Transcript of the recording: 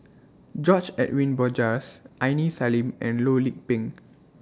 George Edwin Bogaars Aini Salim and Loh Lik Peng